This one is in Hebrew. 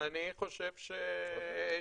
אני חושב שוב,